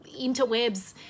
interwebs